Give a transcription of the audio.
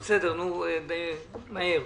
זה יהיה ממש קצר.